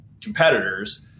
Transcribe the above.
competitors